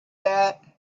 that